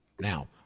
Now